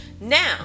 now